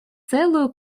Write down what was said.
целую